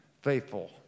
Faithful